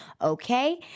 okay